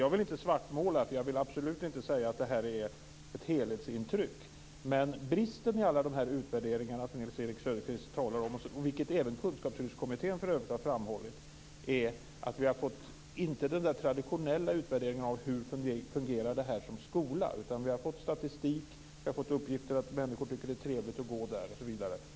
Jag vill inte svartmåla och absolut inte säga att det är ett helhetsintryck, men bristen i alla de utvärderingar som Nils Erik Söderqvist talar om och som även Kunskapslyftskommittén har framhållit, är att dessa inte är traditionella utvärderingar av hur den här verksamheten fungerar som skola. Vi har fått statistik, uppgifter om att människor tycker att det är trevligt att gå på kurserna osv.